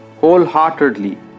wholeheartedly